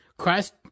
Christ